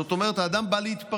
זאת אומרת, האדם בא להתפרנס,